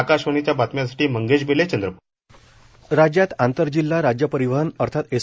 आकाशवाणीच्या बातम्यासाठी मंगेश बेले चंद्रपूर राज्यात आंतरजिल्हा राज्य परिवहन अर्थात एस